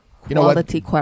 Quality